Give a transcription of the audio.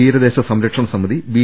തീര ദേശ സംരക്ഷണ സമിതി ബി